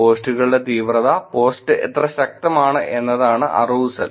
പോസ്റ്റുകളുടെ തീവ്രത പോസ്റ്റ് എത്ര ശക്തമാണ് എന്നതാണ് അറൂസൽ